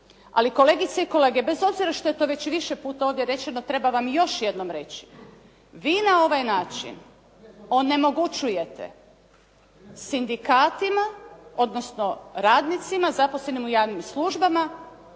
Ali kolegice i kolege, bez obzira što je to već više puta ovdje rečeno treba vam još jednom reći. Vi na ovaj način onemogućujete sindikatima odnosno radnicima zaposlenim u javnim službama